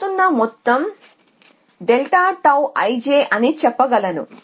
పెరుగుతున్న మొత్తం delta tau i j అని చెప్పగలను